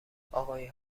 اقای